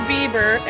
Bieber